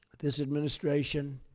this administration